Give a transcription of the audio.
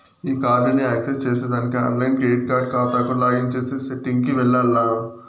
ఈ కార్డుని యాక్సెస్ చేసేదానికి ఆన్లైన్ క్రెడిట్ కార్డు కాతాకు లాగిన్ చేసే సెట్టింగ్ కి వెల్లాల్ల